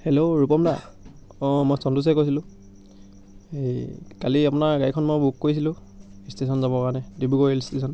hello Rupam দা অঁ মই চন্তোচে কৈছিলোঁ সেই কালি মই আপোনাৰ গাড়ীখন বুক কৰিছিলোঁ ইষ্টেশ্যন যাব কাৰণে ডিব্ৰুগড় ৰেল ইষ্টেশ্যন